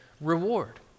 reward